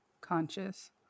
conscious